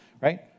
right